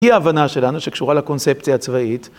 היא ההבנה שלנו שקשורה לקונספציה הצבאית.